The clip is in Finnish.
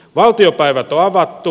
valtiopäivät on avattu